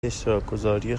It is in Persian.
اشتراکگذاری